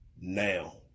now